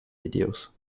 videos